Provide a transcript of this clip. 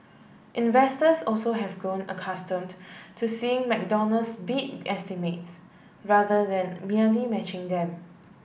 investors also have grown accustomed to seeing McDonald's beat estimates rather than merely matching them